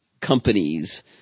companies